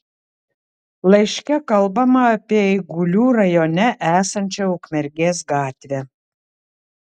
laiške kalbama apie eigulių rajone esančią ukmergės gatvę